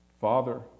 Father